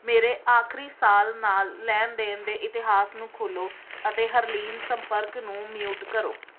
ਮੇਰੇ ਆਖਰੀ ਸਾਲ ਨਾਲ ਲੈਣ ਦੇਣ ਦੇ ਇਤਿਹਾਸ ਨੂੰ ਖੋਲ੍ਹੋ ਅਤੇ ਹਰਲੀਨ ਸੰਪਰਕ ਨੂੰ ਮਿਊਟ ਕਰੋ